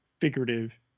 figurative